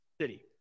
city